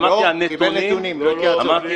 הם מהתאחדות בוני הארץ.